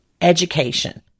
education